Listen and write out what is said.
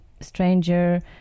stranger